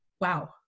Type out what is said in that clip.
wow